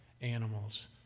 animals